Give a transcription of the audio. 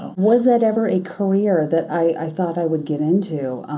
was that ever a career that i thought i would get into?